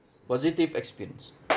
positive experience